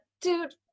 dude